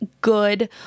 good